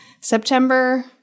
September